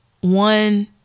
one